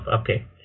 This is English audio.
okay